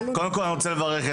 שאני רואה את